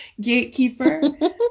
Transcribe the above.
gatekeeper